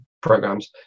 programs